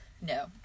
no